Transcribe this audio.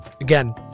Again